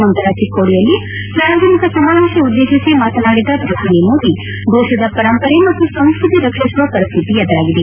ನಂತರ ಚಿಕ್ಕೋಡಿಯಲ್ಲಿ ಸಾರ್ವಜನಿಕ ಸಮಾವೇಶ ಉದ್ದೇಶಿಸಿ ಮಾತನಾಡಿದ ಪ್ರಧಾನಿ ಮೋದಿ ದೇಶದ ಪರಂಪರೆ ಮತ್ತು ಸಂಸ್ಟತಿ ರಕ್ಷಿಸುವ ಪರಿಸ್ಥಿತಿ ಎದುರಾಗಿದೆ